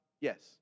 Yes